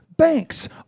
banks